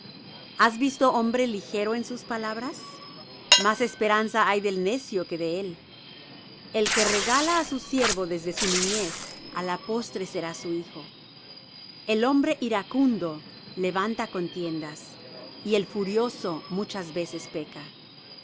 has visto hombre ligero en sus palabras más esperanza hay del necio que de él el que regala á su siervo desde su niñez a la postre será su hijo el hombre iracundo levanta contiendas y el furioso muchas veces peca